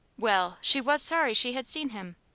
well! she was sorry she had seen him.